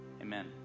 Amen